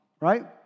right